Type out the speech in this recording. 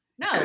No